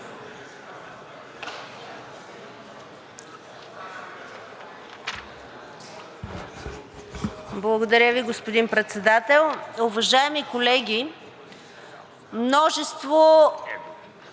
Благодаря Ви, господин Председател. Уважаеми колеги! Множество